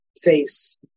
face